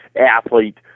athlete